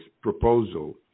proposal